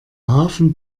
hafen